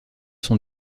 sont